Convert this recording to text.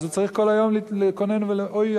אז הוא צריך כל היום לקונן: אוי,